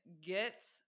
get